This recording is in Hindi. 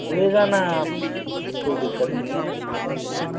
ले जाना आप कोई दिक्कत नही है ऐसे तो